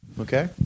Okay